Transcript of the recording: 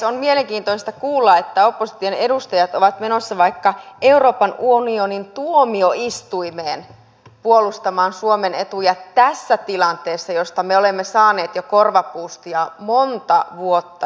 on mielenkiintoista kuulla että opposition edustajat ovat menossa vaikka euroopan unionin tuomioistuimeen puolustamaan suomen etuja tässä tilanteessa josta me olemme saaneet jo korvapuustia monta vuotta sitten